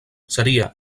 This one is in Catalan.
seria